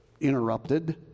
interrupted